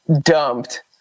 dumped